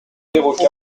rue